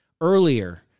earlier